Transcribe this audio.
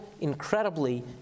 incredibly